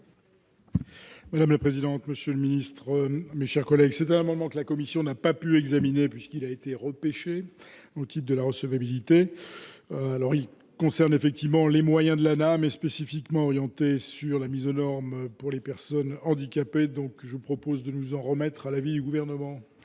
Madame la présidente, monsieur le ministre, mes chers collègues, c'était un moment que la commission n'a pas pu examiner puisqu'il a été repêché au type de la recevabilité alors il concerne effectivement les moyens de l'mais spécifiquement orientée sur la mise aux normes pour les personnes handicapées, donc je vous propose de nous en remettre à l'avis du gouvernement.